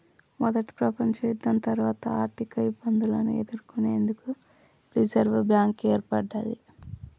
మొదటి ప్రపంచయుద్ధం తర్వాత ఆర్థికఇబ్బందులను ఎదుర్కొనేందుకు రిజర్వ్ బ్యాంక్ ఏర్పడ్డది